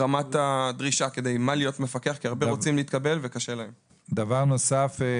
הרבה רוצים להיות מפקחים וקשה להם להתקבל.